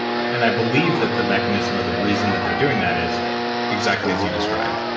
and i believe that the mechanism or the reason that they're doing that is exactly as you described.